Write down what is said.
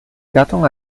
gattung